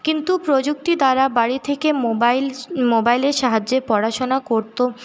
কিন্তু প্রযুক্তি দ্বারা বাড়ি থেকে মোবাইল মোবাইলের সাহায্যে পড়াশোনা করতো